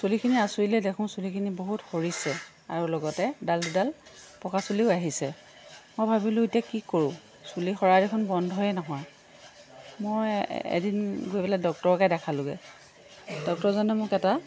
চুলিখিনি আঁচুৰিলেই দেখোঁ চুলিখিনি বহুত সৰিছে আৰু লগতে এডাল দুডাল পকা চুলিও আহিছে মই ভাবিলোঁ এতিয়া কি কৰোঁ চুলি সৰা দেখোন বন্ধই নহয় মই এদিন গৈ পেলাই ডক্টৰকে দেখালোঁগে ডক্টৰজনে মোক এটা